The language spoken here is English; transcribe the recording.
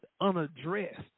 unaddressed